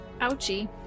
Ouchie